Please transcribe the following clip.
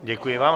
Děkuji vám.